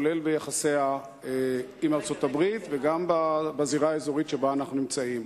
גם ביחסיה עם ארצות-הברית וגם בזירה האזורית שבה אנחנו נמצאים.